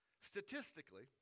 Statistically